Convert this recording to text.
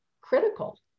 critical